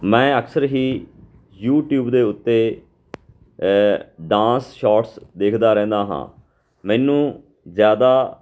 ਮੈਂ ਅਕਸਰ ਹੀ ਯੂਟਿਊਬ ਦੇ ਉੱਤੇ ਡਾਂਸ ਸ਼ੋਟਸ ਦੇਖਦਾ ਰਹਿੰਦਾ ਹਾਂ ਮੈਨੂੰ ਜ਼ਿਆਦਾ